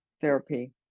therapy